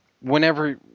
Whenever